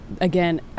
again